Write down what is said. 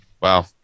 Wow